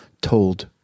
told